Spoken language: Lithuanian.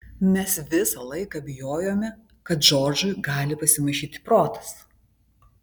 mes visą laiką bijojome kad džordžui gali pasimaišyti protas